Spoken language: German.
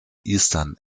eastern